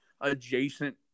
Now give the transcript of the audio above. adjacent